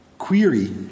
query